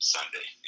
Sunday